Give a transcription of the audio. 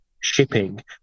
shipping